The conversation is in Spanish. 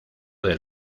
del